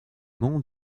monts